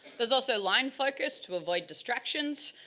there is also line focus to avoid distractions,